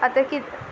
आतां कितें